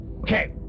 Okay